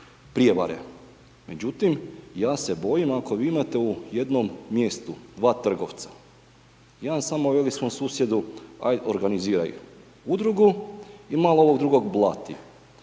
prijevare. Međutim, ja se bojim, ako vi imate u jednom mjestu dva trgovca, jedan samo veli svom susjedu, aj organiziraj Udrugu i malo ovog drugog blati.